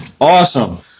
Awesome